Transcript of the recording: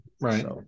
Right